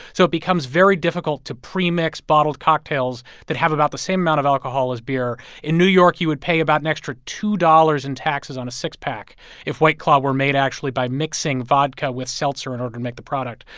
so it becomes very difficult to premix bottled cocktails that have about the same amount of alcohol as beer. in new york, you would pay about an extra two dollars in taxes on a six-pack if white claw were made actually by mixing vodka with seltzer in order to make the product,